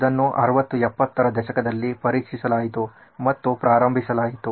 ಇದನ್ನು 60 70ರ ದಶಕದಲ್ಲಿ ಪರೀಕ್ಷಿಸಿಲಾಯಿತು ಮತ್ತು ಪ್ರಾರಂಭಿಸಲಾಯಿತು